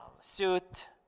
suit